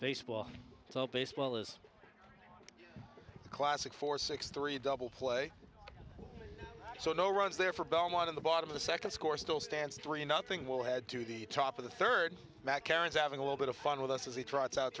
today baseball is a classic four six three double play so no runs there for belmont in the bottom of the second score still stands three nothing will head to the top of the third mat karens having a little bit of fun with us as he tries out